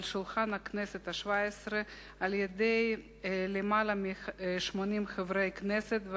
שולחן הכנסת השבע-עשרה על-ידי יותר מ-80 חברי הכנסת,